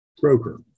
Broker